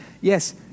yes